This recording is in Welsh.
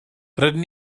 rydyn